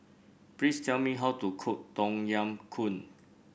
please tell me how to cook Tom Yam Goong